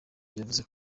yavuze